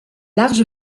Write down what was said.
large